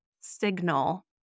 signal